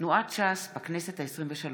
תנועת ש"ס בכנסת העשרים-ושלוש,